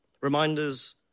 Reminders